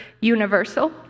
universal